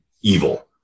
evil